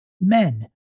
men